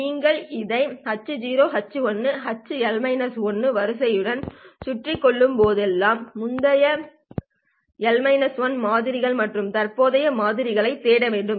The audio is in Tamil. நீங்கள் இதை h h h வரிசையுடன் சுற்றிக் கொள்ளும்போதெல்லாம் முந்தைய எல் 1 மாதிரிகள் மற்றும் தற்போதைய மாதிரியைத் தேட வேண்டும்